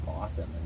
awesome